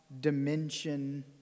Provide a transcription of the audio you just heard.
dimension